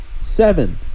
seven